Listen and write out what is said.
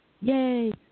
Yay